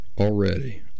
already